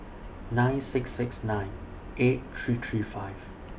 nine six six nine eight three three five